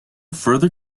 further